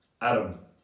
Adam